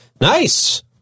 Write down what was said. Nice